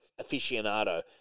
aficionado